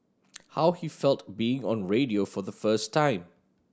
how he felt being on radio for the first time